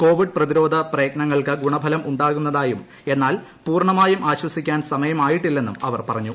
Covid പ്രതിരോധ പ്രയത്നങ്ങൾക്ക് ഗുണഫലം ഉണ്ടാകുന്നതായും എന്നാൽ പൂർണമായും ആശ്വസിക്കാൻ സമയമായിട്ടില്ലെന്നും അവർ പറഞ്ഞു